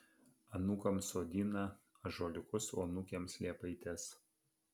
anūkams sodina ąžuoliukus o anūkėms liepaites